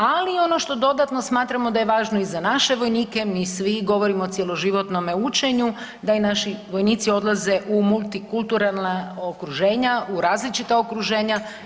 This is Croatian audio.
Ali ono što dodatno smatramo da je važno i za naše vojnike, mi svi govorimo o cjeloživotnome učenju da i naši vojnici odlaze u multikulturalna okruženja u različita okruženja.